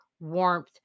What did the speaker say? warmth